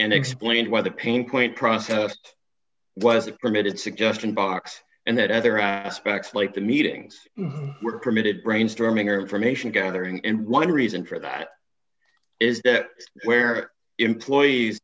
and explained why the pain point processed was a permitted suggestion box and that other aspects like the meetings were permitted brainstorming or information gathering and one reason for that is that where employees